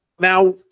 now